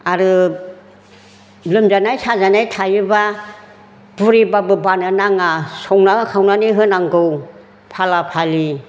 आरो लोमजानाय साजानाय थायोब्ला बुरिब्लाबो बानो नाङा संनानै खावनानै होनांगौ फाला फाला